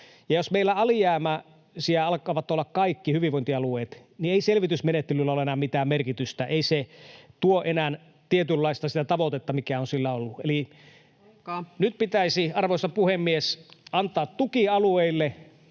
Jos meillä alijäämäisiä alkavat olla kaikki hyvinvointialueet, niin ei selvitysmenettelyllä ole enää mitään merkitystä. Ei se tuo enää sitä tietynlaista tavoitetta, mikä on sillä ollut. [Puhemies: Aika!] Eli nyt pitäisi, arvoisa puhemies, antaa tuki alueille,